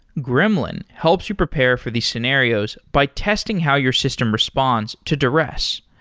gremlin helps you prepare for these scenarios by testing how your system responds to duress.